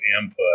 input